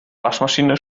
waschmaschine